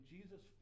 Jesus